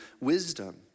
wisdom